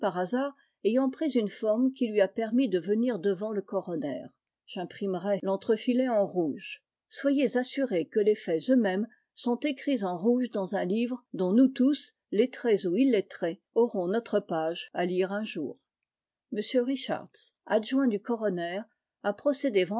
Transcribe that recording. ayant pris une forme qui lui a permis de venir devant le coroner j'imprimerai l'entrefilet en rouge i soyez assuré que les faits eux-mêmes sont écrits en rouge dans un livre dont nous tous lettrés ou illettrés aurons notre page à lire un jour m richards adjoint du coroner